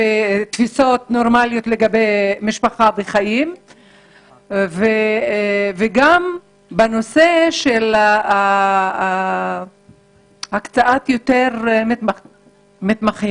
תפיסות נורמליות לגבי משפחה וחיים וגם בנושא של הקצאת יותר מתמחים.